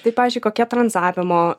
tai pavyzdžiui kokie tranzavimo